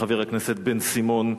חבר הכנסת בן-סימון,